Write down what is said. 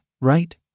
right